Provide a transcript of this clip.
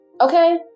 Okay